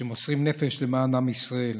שמוסרים נפש למען עם ישראל.